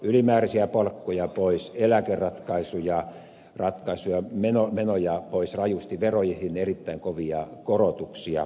ylimääräisiä palkkoja pois eläkeratkaisuja menoja pois rajusti veroihin erittäin kovia korotuksia